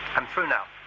i'm through now.